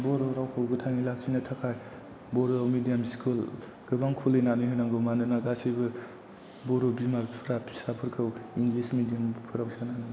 बर' रावखौ गोथाङै लाखिनो थाखाय बर' मिदियाम स्कुल गोबां खुलिनानै होनांगौ मानोना गासैबो बर' बिमा बिफाफ्रा फिसाफोरखौ इंलिस मिदियाम फोराव सोनानै